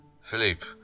Philippe